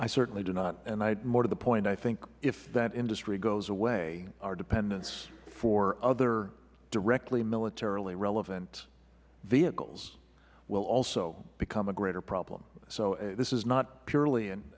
i certainly do not more to the point i think if that industry goes away our dependence for other directly militarily relevant vehicles will also become a greater problem so this is not purely